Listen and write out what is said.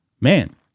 Man